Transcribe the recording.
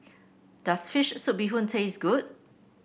does fish soup Bee Hoon taste good